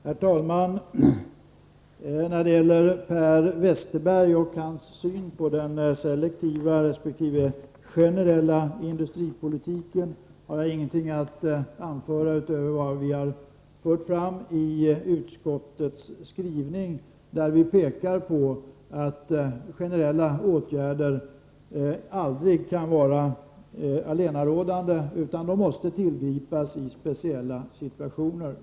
Herr talman! När det gäller Per Westerberg och hans syn på den selektiva resp. generella industripolitiken har jag ingenting att anföra utöver vad vi har fört fram i utskottets skrivning, där vi pekar på att generella åtgärder aldrig kan vara allenarådande, utan måste tillgripas i speciella situationer.